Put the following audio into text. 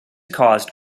caused